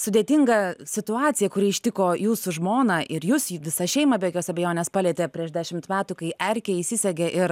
sudėtingą situaciją kuri ištiko jūsų žmoną ir jus visą šeimą be jokios abejonės palietė prieš dešimt metų kai erkė įsisegė ir